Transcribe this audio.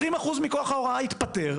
20% מכוח ההוראה התפטר,